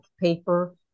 paper